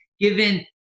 given